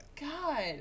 God